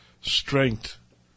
strength